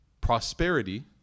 prosperity